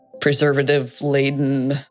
preservative-laden